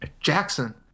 Jackson